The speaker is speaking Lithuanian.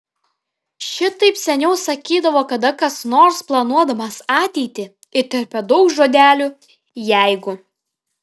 šitaip seniau sakydavo kada kas nors planuodamas ateitį įterpia daug žodelių jeigu